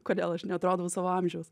kodėl aš neatrodau savo amžiaus